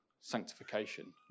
sanctification